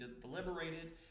deliberated